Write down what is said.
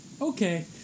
Okay